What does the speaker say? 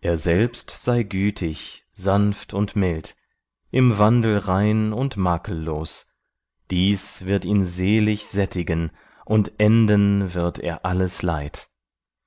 er selbst sei gütig sanft und mild im wandel rein und makellos dies wird ihn selig sättigen und enden wird er alles leid